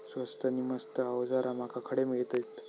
स्वस्त नी मस्त अवजारा माका खडे मिळतीत?